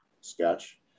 sketch